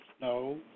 No